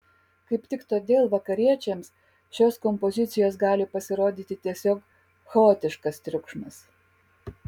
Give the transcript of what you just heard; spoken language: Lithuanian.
kaip tik todėl vakariečiams šios kompozicijos gali pasirodyti tiesiog chaotiškas triukšmas